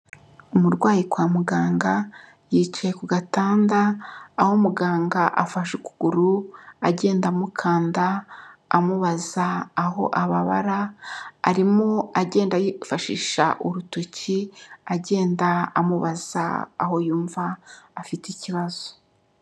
Umurwayi kwa muganga, yicaye ku gatanda, aho muganga afashe ukuguru agenda amukanda, amubaza aho ababara, arimo agenda yifashisha urutoki, agenda amubaza aho yumva afite ikibazo.